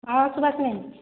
ହଁ ସୁବାଶିନୀ